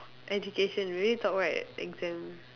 education we already talk right exam